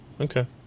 Okay